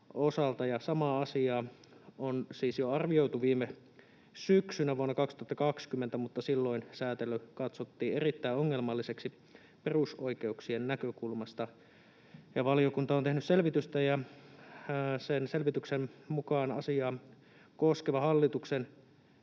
Samaa asiaa on siis jo arvioitu viime syksynä, vuonna 2020, mutta silloin säätely katsottiin erittäin ongelmalliseksi perusoikeuksien näkökulmasta. Valiokunta on tehnyt selvitystä, ja sen selvityksen mukaan asiaa koskeva hallituksen